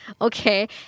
Okay